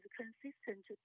consistent